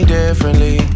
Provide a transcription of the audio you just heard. differently